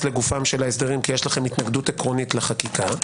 לגופם של ההסדרים כי יש לכם התנגדות עקרונית לחקיקה,